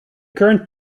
current